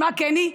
כשמה כן היא,